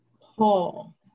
Paul